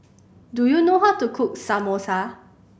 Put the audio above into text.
do you know how to cook Samosa